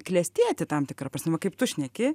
klestėti tam tikra prasme kaip tu šneki